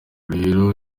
rero